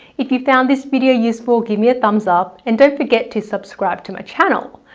if you found this video useful give me a thumbs up and don't forget to subscribe to my channel.